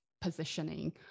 positioning